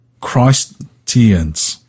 Christians